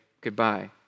goodbye